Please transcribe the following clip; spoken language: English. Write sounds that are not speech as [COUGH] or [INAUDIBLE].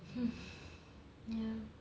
[BREATH] ya